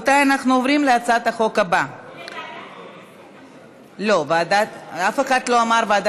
התשע"ח 2018, עברה בקריאה טרומית, ועוברת לוועדת